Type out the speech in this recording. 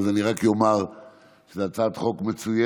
אני רק אומר שזאת הצעת חוק מצוינת,